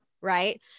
Right